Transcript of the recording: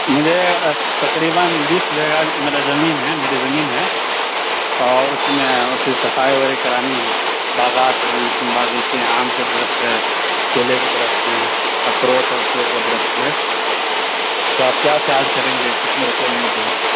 مجھے تقریباً بیس بیگھہ میرا زمین ہیں میری زمین ہے اور اس میں اس کی صفائی وغیرہ کرانی ہیں باغات ہیں باغیچے ہیں آم کے درخت ہے کیلے کے درخت ہیں اخروٹ اور سیب کے درخت ہے تو آپ کیا چارج کریں گے کتنے روپئے لیں گے